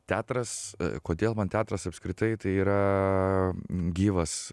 teatras kodėl man teatras apskritai tai yra gyvas